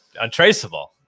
untraceable